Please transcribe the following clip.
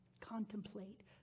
Contemplate